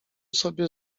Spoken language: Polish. sobie